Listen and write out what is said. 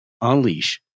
Unleash